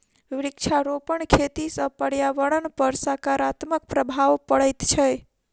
वृक्षारोपण खेती सॅ पर्यावरणपर सकारात्मक प्रभाव पड़ैत छै